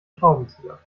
schraubenzieher